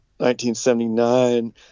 1979